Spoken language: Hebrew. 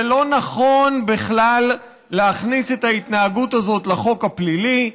זה לא נכון בכלל להכניס את ההתנהגות הזאת לחוק הפלילי.